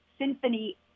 symphony